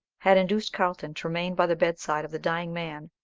had induced carlton to remain by the bedside of the dying man,